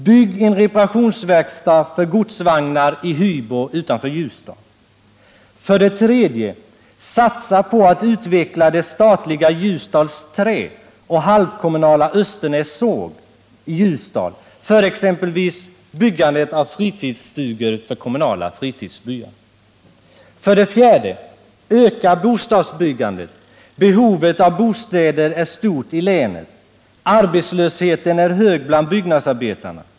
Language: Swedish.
Bygg en reparationsverkstad för godsvagnar i Hybo utanför Ljusdal. 3. Satsa på att utveckla det statliga företaget Ljusdals Trä och Östernäs Sågverk i Ljusdal som till hälften ägs av kommunen för exempelvis produktion av fritidsstugor till kommunala fritidsbyar. 4. Öka bostadsbyggandet. Behovet av bostäder är stort i länet. Arbetslösheten är hög bland byggnadsarbetarna.